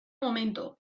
momento